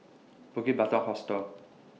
Bukit Batok Hostel